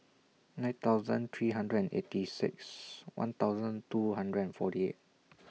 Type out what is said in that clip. nine thousand three hundred and eight six one thousand two hundred and forty eight